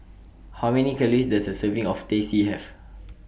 How Many Calories Does A Serving of Teh C Have